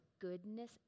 goodness